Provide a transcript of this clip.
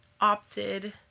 opted